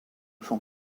sont